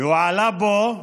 והוא עלה לפה,